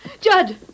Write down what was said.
Judd